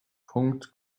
punkt